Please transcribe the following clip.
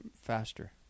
faster